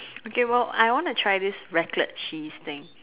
okay !wow! I want to try this Raclette cheese thing